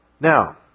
Now